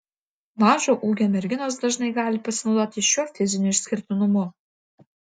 mažo ūgio merginos dažnai gali pasinaudoti šiuo fiziniu išskirtinumu